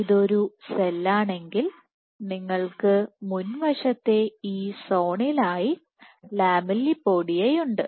ഇതൊരു സെല്ലാണെങ്കിൽ നിങ്ങൾക്ക് മുൻവശത്തെ ഈ സോണിലായി ലാമെല്ലിപോഡിയയുണ്ട്